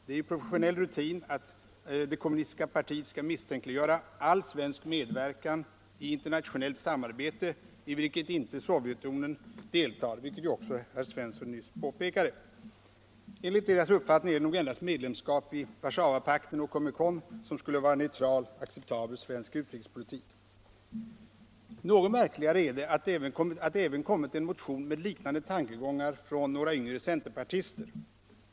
Det är ju pro fessionell rutin att det kommunistiska partiet skall misstänkliggöra all svensk medverkan i internationellt samarbete i vilket inte Sovjetunionen deltar, vilket ju också herr Svensson i Malmö nyss påpekat. Enligt hans uppfattning är det nog endast medlemskap i Warszawapakten och Comecon som skulle vara en neutral och acceptabel svensk utrikespolitik. Något märkligare är att det även kommit en motion med liknande tankegångar från några yngre centerpartister.